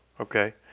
okay